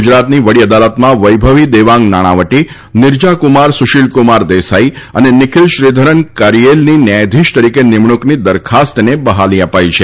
ગુજરાતની વડી અદાલતમાં વૈભવી દેવાંગ નાણાંવટી નીરજાકુમાર સુશિલકુમાર દેસાઈ તથા નિખીલ શ્રીધરન કારીચેલની ન્યાયાધીશ તરીકે નિમણંકની દરખાસ્તને બહાલી અપાઈ છે